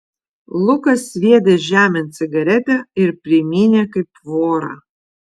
lukas sviedė žemėn cigaretę ir primynė kaip vorą